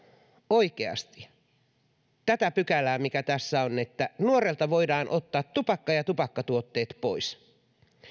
oikeasti tästä pykälästä mikä tässä on että nuorelta voidaan ottaa tupakka ja tupakkatuotteet pois